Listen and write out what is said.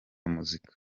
muzika